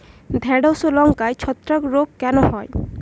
ঢ্যেড়স ও লঙ্কায় ছত্রাক রোগ কেন হয়?